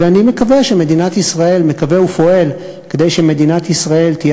ואני מקווה שמדינת ישראל מקווה ופועל כדי שמדינת ישראל תהיה